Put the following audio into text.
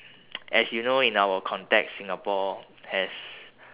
as you know in our context singapore has